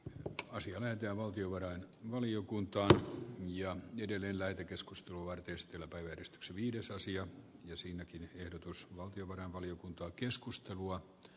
nokia siemens ja valtio varain valiokuntaa ja edelleen lähetekeskustelua kestilä verstxlviiden suosio ja siinäkin ehdotus valtiovarainvaliokuntaa keskustelua